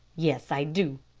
yes, i do,